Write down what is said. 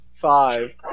five